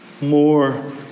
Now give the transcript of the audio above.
more